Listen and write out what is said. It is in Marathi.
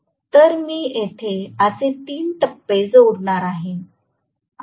तर मी येथे असे तीन टप्पे जोडणार आहे